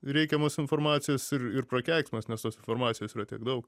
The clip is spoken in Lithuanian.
reikiamos informacijos ir ir prakeiksmas nes tos informacijos yra tiek daug